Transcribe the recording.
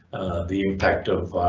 the impact of